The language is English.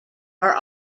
are